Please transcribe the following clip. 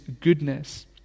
goodness